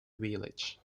village